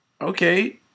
Okay